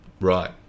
Right